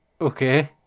okay